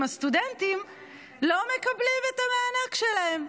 הסטודנטים לא מקבלים את המענק שלהם,